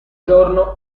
giorno